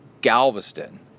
Galveston